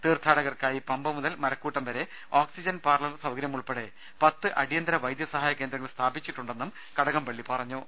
തീർത്ഥാടകർക്കായി പമ്പ മുതൽ മരക്കൂട്ടം വരെ oxygen parlour സൌകര്യമുൾപ്പെടെ പത്ത് അടിയന്തര വൈദ്യ സഹായ കേന്ദ്രങ്ങൾ സ്ഥാപിച്ചിട്ടുണ്ടെന്നും കടകംപള്ളി പറഞ്ഞു